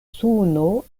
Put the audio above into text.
suno